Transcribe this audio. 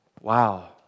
Wow